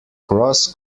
cross